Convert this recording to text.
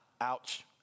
Ouch